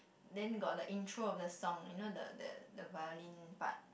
then got the intro of the song you know the the the violin part